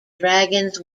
dragons